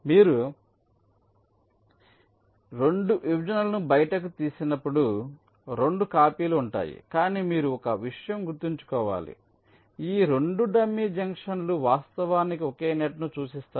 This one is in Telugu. మీరు 2 విభజనలను బయటకు తీసినప్పుడు 2 కాపీలు ఉంటాయి కానీ మీరుఒక విషయం గుర్తుంచుకోవాలి కానీ ఈ 2 డమ్మీ జంక్షన్లు వాస్తవానికి ఒకే నెట్ను సూచిస్తాయి